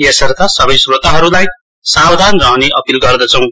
यसर्थ सबै श्रोताहरूलाई सावधान रहने अपील गर्दछौं